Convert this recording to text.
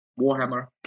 Warhammer